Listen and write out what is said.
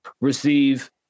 receive